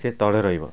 ସିଏ ତଳେ ରହିବ